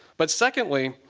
but secondly,